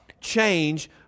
change